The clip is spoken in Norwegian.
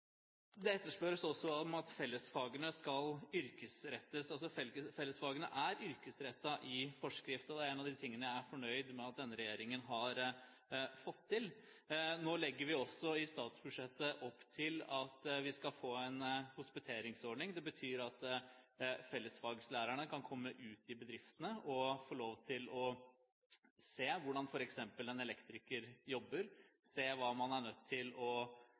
Det etterspørres at fellesfagene skal yrkesrettes. Fellesfagene er yrkesrettet i forskriftene, og det er én av de tingene jeg er fornøyd med at denne regjeringen har fått til. Nå legger vi også i statsbudsjettet opp til at vi skal få en hospiteringsordning. Det betyr at fellesfaglærerne kan komme ut i bedriftene og få lov til å se hvordan f.eks. en elektriker jobber – se hva man er nødt til å